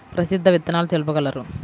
ప్రసిద్ధ విత్తనాలు తెలుపగలరు?